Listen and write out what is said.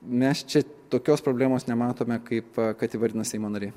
mes čia tokios problemos nematome kaip kad įvardino seimo nariai